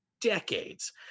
decades